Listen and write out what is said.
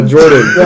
Jordan